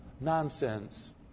nonsense